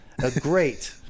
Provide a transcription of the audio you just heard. great